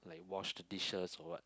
wash the dishes or what